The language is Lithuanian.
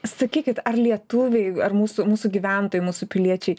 sakykit ar lietuviai ar mūsų mūsų gyventojai mūsų piliečiai